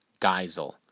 Geisel